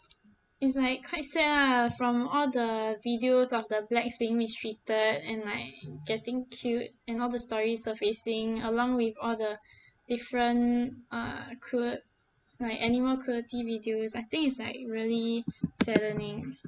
it's like quite sad lah from all the videos of the blacks being mistreated and like getting killed and all those stories surfacing along with all the different uh cruel like animal cruelty videos I think it's like really saddening